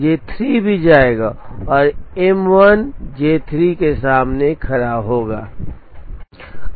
J 3 भी जाएगा और M 1 J 3 के सामने खड़ा होगा